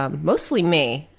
um mostly me,